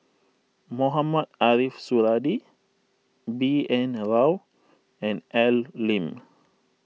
Mohamed Ariff Suradi B N Rao and Al Lim